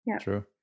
True